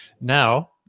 Now